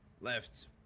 left